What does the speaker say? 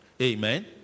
Amen